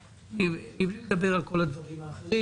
מבלי לדבר על כל הדברים האחרים,